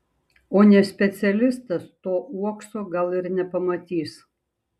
o ne specialistas to uokso gal ir nepamatys